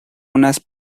unas